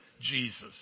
Jesus